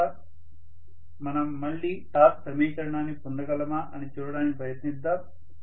తరువాత మనం మళ్ళీ టార్క్ సమీకరణాన్ని పొందగలమా అని చూడటానికి ప్రయత్నిద్దాం